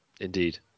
Indeed